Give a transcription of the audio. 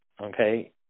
okay